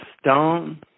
Stone